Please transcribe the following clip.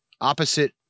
opposite